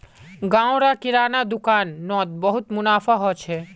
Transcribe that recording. गांव र किराना दुकान नोत बहुत मुनाफा हो छे